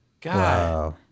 God